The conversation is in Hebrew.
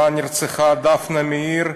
שבה נרצחה דפנה מאיר,